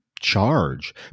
charge